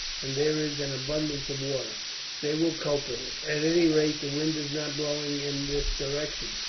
and there is an abundance of water they will cope with it. at any rate the wind is not blowing in this direction.